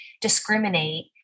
discriminate